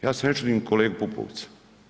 Ja se ne čudim kolegi Pupovcu.